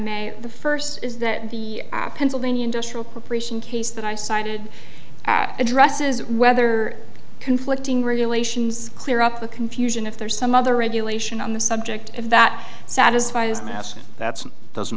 may the first is that the pennsylvania industrial precision case that i cited addresses whether conflicting regulations clear up the confusion if there's some other regulation on the subject if that satisfies my asking that's doesn't